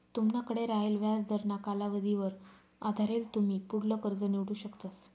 तुमनाकडे रायेल व्याजदरना कालावधीवर आधारेल तुमी पुढलं कर्ज निवडू शकतस